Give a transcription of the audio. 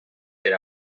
per